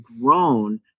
grown